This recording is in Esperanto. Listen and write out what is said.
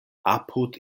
apud